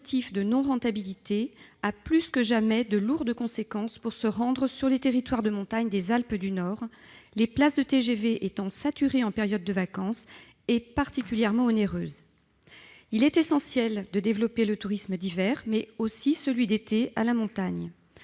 de sa non-rentabilité emporte de lourdes conséquences pour se rendre sur les territoires de montagne des Alpes du Nord, les places de TGV étant saturées en période de vacances et particulièrement onéreuses. Il est essentiel de développer à la montagne le tourisme d'hiver, mais aussi celui d'été. Au-delà de